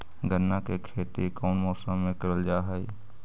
गन्ना के खेती कोउन मौसम मे करल जा हई?